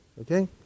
Okay